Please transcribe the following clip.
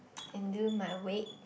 and do my weight